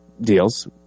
deals